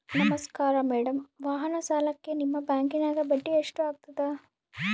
ನಮಸ್ಕಾರ ಮೇಡಂ ವಾಹನ ಸಾಲಕ್ಕೆ ನಿಮ್ಮ ಬ್ಯಾಂಕಿನ್ಯಾಗ ಬಡ್ಡಿ ಎಷ್ಟು ಆಗ್ತದ?